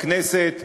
בכנסת,